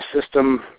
system